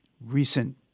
recent